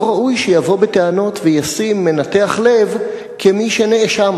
לא ראוי שיבוא בטענות וישים מנתח לב כמי שנאשם.